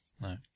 no